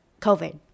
covid